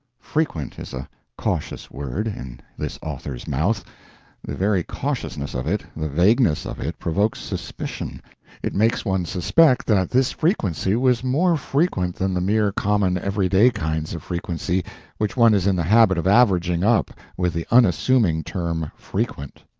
frequent is a cautious word, in this author's mouth the very cautiousness of it, the vagueness of it, provokes suspicion it makes one suspect that this frequency was more frequent than the mere common everyday kinds of frequency which one is in the habit of averaging up with the unassuming term frequent.